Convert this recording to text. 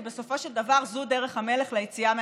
כי בסופו של דבר זו דרך המלך ליציאה מהמגפה.